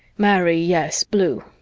marry yes, blue.